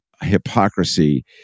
hypocrisy